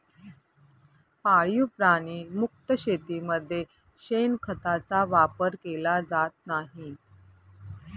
पाळीव प्राणी मुक्त शेतीमध्ये शेणखताचा वापर केला जात नाही